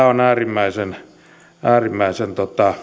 on äärimmäisen äärimmäisen